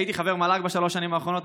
הייתי חבר מל"ג בשלוש השנים האחרונות,